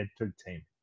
Entertainment